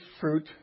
fruit